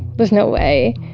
there's no way.